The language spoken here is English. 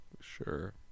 Sure